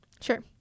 Sure